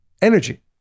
energy